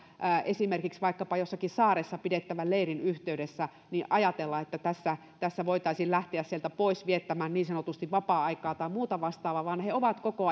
esimerkiksi vaikkapa jossakin saaressa pidettävän leirin yhteydessä ajatella että voitaisiin lähteä sieltä pois viettämään niin sanotusti vapaa aikaa tai muuta vastaavaa vaan he ovat koko